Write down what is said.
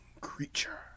creature